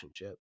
relationship